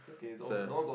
was a